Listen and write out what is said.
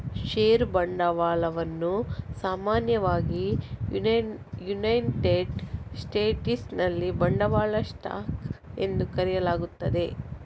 ಷೇರು ಬಂಡವಾಳವನ್ನು ಸಾಮಾನ್ಯವಾಗಿ ಯುನೈಟೆಡ್ ಸ್ಟೇಟ್ಸಿನಲ್ಲಿ ಬಂಡವಾಳ ಸ್ಟಾಕ್ ಎಂದು ಕರೆಯಲಾಗುತ್ತದೆ